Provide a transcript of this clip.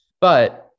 But-